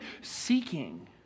seeking